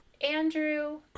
Andrew